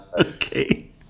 Okay